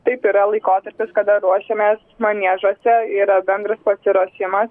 taip yra laikotarpis kada ruošiamės maniežuose yra bendras pasiruošimas